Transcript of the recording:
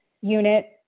unit